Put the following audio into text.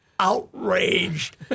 Outraged